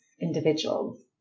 individuals